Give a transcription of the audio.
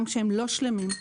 גם כשהם לא שלמים,